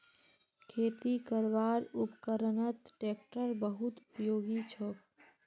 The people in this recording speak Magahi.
खेती करवार उपकरनत ट्रेक्टर बहुत उपयोगी छोक